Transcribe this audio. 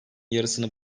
yarısını